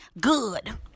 good